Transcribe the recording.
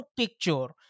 picture